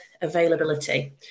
Availability